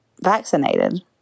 vaccinated